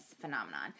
phenomenon